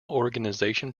organization